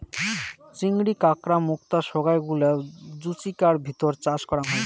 চিংড়ি, কাঁকড়া, মুক্তা সোগায় গুলা জুচিকার ভিতর চাষ করাং হই